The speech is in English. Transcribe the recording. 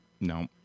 no